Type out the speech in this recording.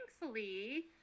thankfully